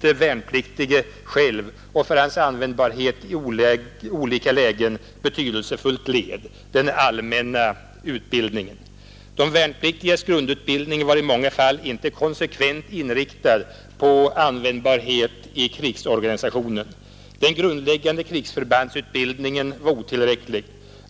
värnpliktige själv och för hans användbarhet i olika lägen betydelsefullt led, den allmänna försvarsutbildningen. De värnpliktigas grundutbildning var i många fall inte konsekvent inriktad på användbarheten i krigsorganisationen. Den grundläggande krigsförbandsutbildningen var otillräcklig.